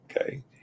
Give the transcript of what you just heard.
okay